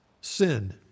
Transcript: sin